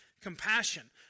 compassion